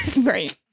Right